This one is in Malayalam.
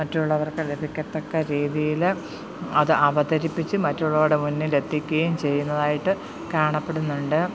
മറ്റുള്ളവർക്ക് അത് ലഭിക്കത്തക്ക രീതിയിൽ അത് അവതരിപ്പിച്ച് മറ്റുള്ളവരുടെ മുന്നിൽ എത്തിക്കുകയും ചെയ്യുന്നതായിട്ട് കാണപ്പെടുന്നുണ്ട്